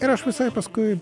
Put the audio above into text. ir aš visai paskui